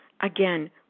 again